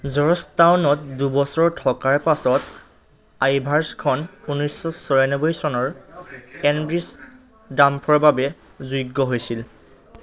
জৰ্জটাউনত দুবছৰ থকাৰ পাছত আইভাৰছখন ঊনৈছ চৌৰানব্বৈ চনৰ এন বিচ ড্ৰাম্ফৰ বাবে যোগ্য হৈছিল